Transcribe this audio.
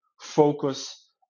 focus